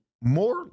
more